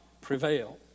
prevail